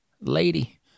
lady